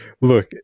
Look